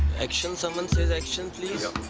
action? someone say action please?